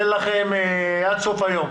אני אתן לכם עד סוף היום